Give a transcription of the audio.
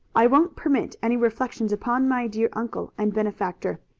i won't permit any reflections upon my dear uncle and benefactor.